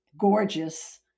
gorgeous